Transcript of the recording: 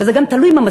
וזה גם תלוי מה,